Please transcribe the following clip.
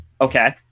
Okay